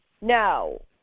No